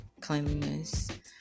cleanliness